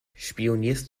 spionierst